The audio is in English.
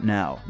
now